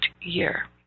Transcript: year